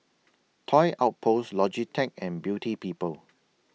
Toy Outpost Logitech and Beauty People